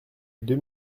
deux